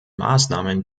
maßnahmen